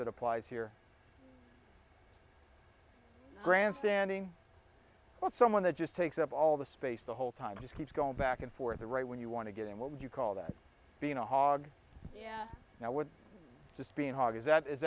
it applies here grandstanding when someone that just takes up all the space the whole time just keeps going back and forth right when you want to get in what would you call that being a hog yeah now would just being hard as that is